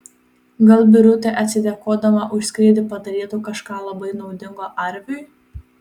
gal birutė atsidėkodama už skrydį padarytų kažką labai naudingo arviui